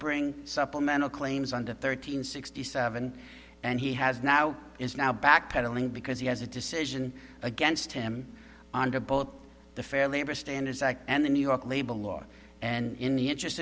bring supplemental claims under thirteen sixty seven and he has now is now backpedaling because he has a decision against him under both the fair labor standards act and the new york label law and in the interest